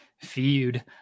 feud